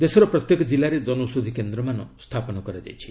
ଦେଶର ପ୍ରତ୍ୟେକ ଜିଲ୍ଲାରେ ଜନୌଷଧି କେନ୍ଦ୍ରମାନ ସ୍ଥାପନ କରାଯାଇଛି